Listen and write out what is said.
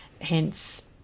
Hence